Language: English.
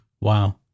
Wow